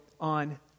on